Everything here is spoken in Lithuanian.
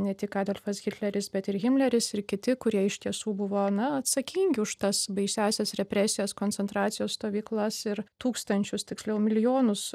ne tik adolfas hitleris bet ir himleris ir kiti kurie iš tiesų buvo na atsakingi už tas baisiąsias represijas koncentracijos stovyklas ir tūkstančius tiksliau milijonus